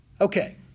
Okay